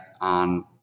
on